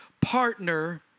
partner